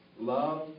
love